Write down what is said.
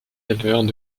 éleveurs